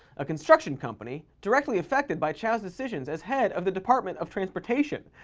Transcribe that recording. a construction company directly affected by chao's decisions as head of the department of transportation.